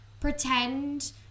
pretend